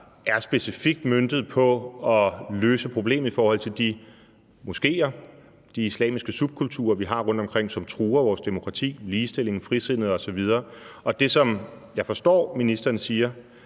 er specifikt møntet på at løse problemet i forhold til de moskeer, de islamiske subkulturer, vi har rundtomkring, som truer vores demokrati, ligestillingen, frisindet osv., og det, som jeg forstår ministeren siger